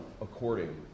according